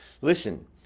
Listen